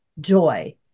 joy